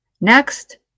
Next